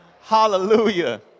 Hallelujah